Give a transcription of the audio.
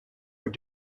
were